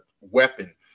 weapon